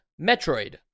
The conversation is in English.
Metroid